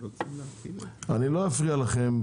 אני לא אפריע לכם,